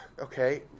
Okay